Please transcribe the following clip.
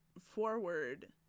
forward